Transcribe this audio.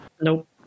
Nope